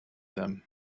them